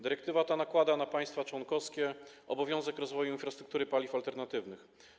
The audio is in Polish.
Dyrektywa ta nakłada na państwa członkowskie obowiązek rozwoju infrastruktury paliw alternatywnych.